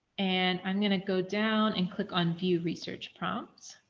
and i'm going to go down and click on view research prompts.